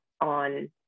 on